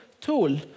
tool